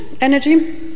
energy